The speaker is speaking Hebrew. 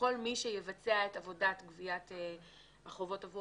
לכל מי שיבצע את עבודת גביית החובות עבור